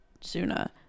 sooner